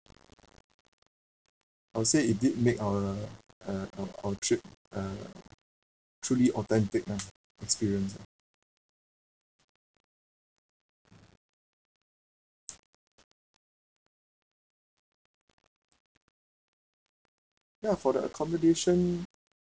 I will say he did make our uh our our trip uh truly authentic lah experience lah ya for the accommodation